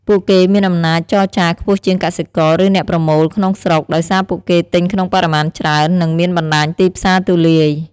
ពួកគេមានអំណាចចរចាខ្ពស់ជាងកសិករ ឬអ្នកប្រមូលក្នុងស្រុក ដោយសារពួកគេទិញក្នុងបរិមាណច្រើន និងមានបណ្តាញទីផ្សារទូលាយ។